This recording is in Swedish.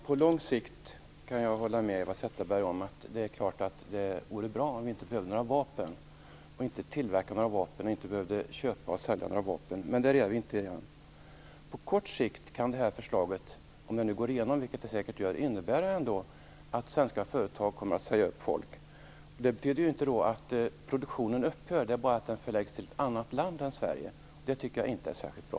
Fru talman! Jag kan hålla med Eva Zetterberg om att det naturligtvis på lång sikt vore bra om vi inte behövde några vapen, inte tillverkade några vapen och inte behövde köpa eller sälja några vapen. Men där är vi inte än. På kort sikt kan det här förslaget - om det går igenom, vilket det säkert gör - innebära att svenska företag kommer att säga upp folk. Men det betyder inte att produktionen upphör, bara att den förläggs till ett annat land än Sverige. Det tycker jag inte är särskilt bra.